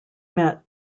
met